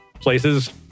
places